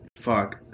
Fuck